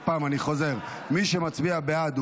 מי שמצביע בעד,